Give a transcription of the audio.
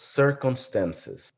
circumstances